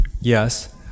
Yes